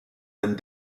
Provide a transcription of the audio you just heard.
and